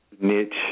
niche